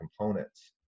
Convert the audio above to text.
components